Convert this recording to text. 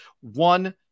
one